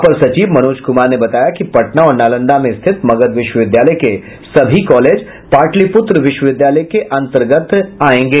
अपर सचिव मनोज कुमार ने बताया कि पटना और नालंदा में स्थित मगध विश्वविद्यालय के सभी कॉलेज पाटलिपूत्र विश्वविद्यालय के अन्तर्गत आयेंगे